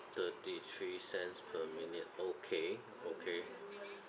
thirty three cents per minute okay okay